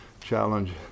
Challenge